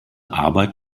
arbeit